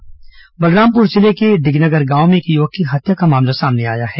समस्या बलरामपुर जिले के डिगनगर गांव में एक युवक की हत्या का मामला सामने आया है